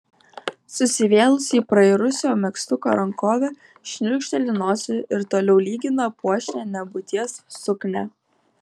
susivėlusi į prairusio megztuko rankovę šniurkšteli nosį ir toliau lygina puošnią nebūties suknią